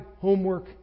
homework